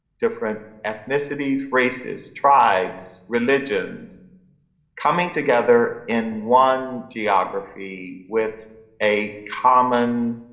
different ethnicities, races, tribes, religions coming together in one geography with a common